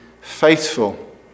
faithful